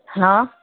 hello